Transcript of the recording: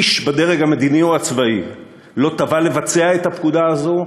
איש בדרג המדיני או הצבאי לא תבע לבצע את הפקודה הזאת,